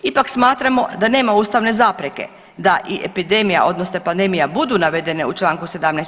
Ipak smatramo da nema ustavne zapreke da i epidemija, odnosno pandemija budu navedene u članku 17.